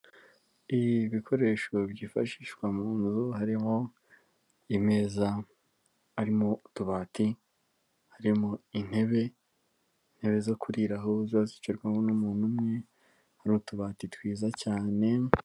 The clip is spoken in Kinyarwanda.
Ibikoresho byifashishwa mu nzu harimo; imeza, harimo utubati, harimo intebe, intebe zo kuriraho ziba zicarwaho n'umuntu umwe, hari utubati twiza cyane.